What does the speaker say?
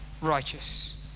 righteous